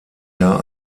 jahr